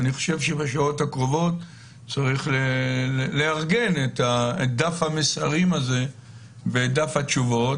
אני חושב שבשעות הקרובות צריך לארגן את דף המסרים הזה ואת דף התשובות,